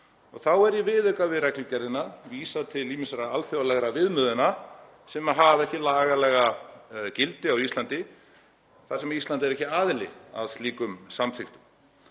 Þá er í viðauka við reglugerðina vísað til ýmissa alþjóðlegra viðmiðana sem hafa ekki lagalegt gildi á Íslandi þar sem Ísland er ekki aðili að slíkum samþykktum.